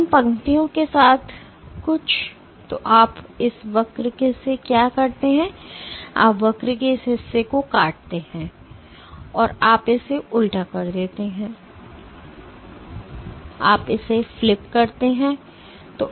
इन पंक्तियों के साथ कुछ तो आप इस वक्र से क्या करते हैं आप वक्र के इस हिस्से को काटते हैं और आप इसे उल्टा करते हैं और आप इसे फ्लिप करते हैं